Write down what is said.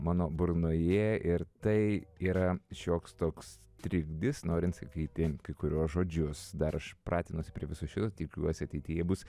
mano burnoje ir tai yra šioks toks trikdis norint sakyti kai kuriuos žodžius dar aš pratinuosi prie viso šito tikiuosi ateityje bus